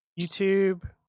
YouTube